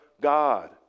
God